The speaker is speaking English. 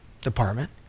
Department